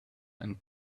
and